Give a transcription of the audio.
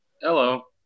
Hello